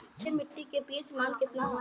क्षारीय मीट्टी का पी.एच मान कितना ह?